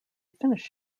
finish